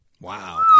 Wow